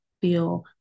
feel